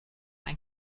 ein